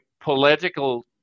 political-